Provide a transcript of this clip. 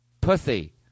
Pussy